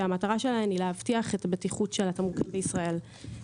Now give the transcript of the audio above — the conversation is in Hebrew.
שמטרתן להבטיח את בטיחות התמרוקים בישראל.